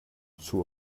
zur